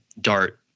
DART